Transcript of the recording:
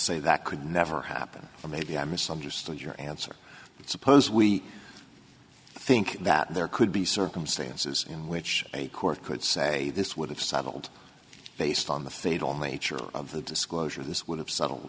say that could never happen or maybe i misunderstood your answer suppose we i think that there could be circumstances in which a court could say this would have settled based on the fatal nature of the disclosure this would have settled